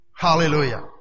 Hallelujah